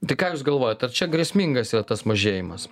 tai ką jūs galvojat ar čia grėsmingas yra tas mažėjimas